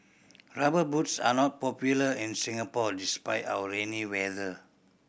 Rubber Boots are not popular in Singapore despite our rainy weather